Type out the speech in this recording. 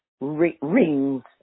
rings